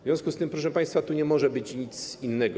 W związku z tym, proszę państwa, tu nie może być nic innego.